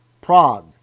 Prague